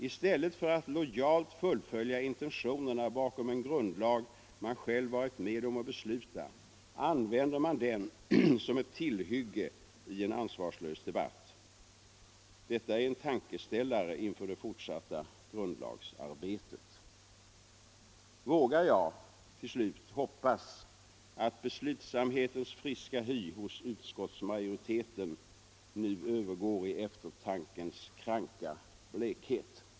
I stället för att lojalt fullfölja intentionerna bakom en grundlag man själv varit med om att besluta använder man den som ett tillhygge i en ansvarslös debatt. Detta är en tankeställare inför det fortsatta grundlagsarbetet. Vågar jag hoppas att beslutsamhetens friska hy hos utskottsmajoriteten nu övergår i eftertankens kranka blekhet?